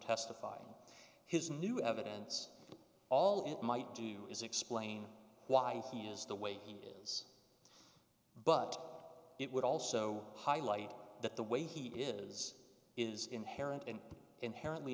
testifying his new evidence all it might do is explain why he is the way he is but it would also highlight that the way he is is inherent and inherently